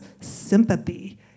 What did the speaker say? sympathy